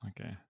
Okay